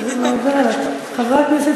חבר הכנסת